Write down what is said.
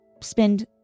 spend